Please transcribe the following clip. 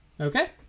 Okay